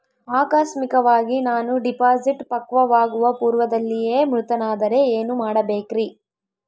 ಆಕಸ್ಮಿಕವಾಗಿ ನಾನು ಡಿಪಾಸಿಟ್ ಪಕ್ವವಾಗುವ ಪೂರ್ವದಲ್ಲಿಯೇ ಮೃತನಾದರೆ ಏನು ಮಾಡಬೇಕ್ರಿ?